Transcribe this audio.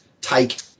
take